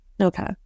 Okay